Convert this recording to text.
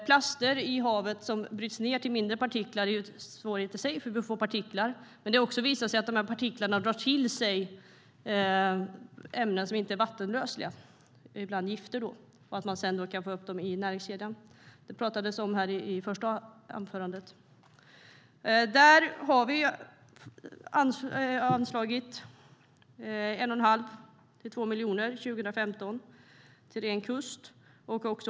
Plaster i havet som bryts ned till mindre partiklar är en svårighet i sig, för vi får partiklar. Men det har också visat sig att partiklarna drar till sig ämnen som inte är vattenlösliga - ibland gifter - och att man sedan kan få upp dem i näringskedjan. Det pratades om det i det första anförandet. Där har vi anslagit 1 1⁄2-2 miljoner 2015 till Ren Kust.